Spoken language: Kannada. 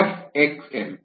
ತರುವಾಯ RmFxm FRmxm50021